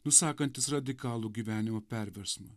nusakantis radikalų gyvenimo perversmą